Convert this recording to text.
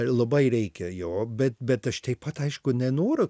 labai reikia jo bet bet aš taip pat aišku nenoriu